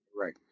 Right